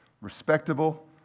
respectable